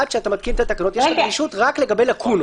עד שאתה מתקין את התקנות יש לך גמישות רק לגבי לאקונות.